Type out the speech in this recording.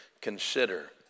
consider